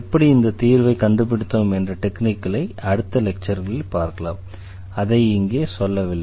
எப்படி இந்த தீர்வை கண்டுபிடித்தோம் என்ற டெக்னிக்குகளை அடுத்த லெக்சரில் பார்க்கலாம் அதை இங்கே சொல்லவில்லை